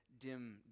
dim